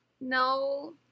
No